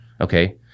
Okay